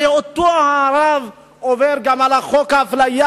הרי אותו הרב עובר גם על חוק האפליה